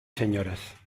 señoras